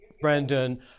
Brandon